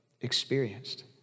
experienced